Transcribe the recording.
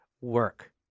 work